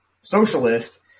socialist